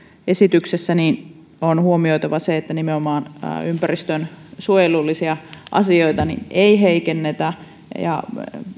esityksessä on huomioitava se että nimenomaan ympäristönsuojelullisia asioita ei heikennetä ja